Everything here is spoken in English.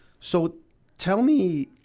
so tell me,